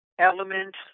element